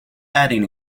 adding